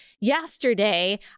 yesterday